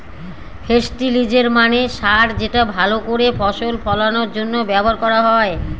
ফেস্টিলিজের মানে সার যেটা ভাল করে ফসল ফলানোর জন্য ব্যবহার করা হয়